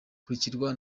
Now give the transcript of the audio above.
ikurikirwa